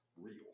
real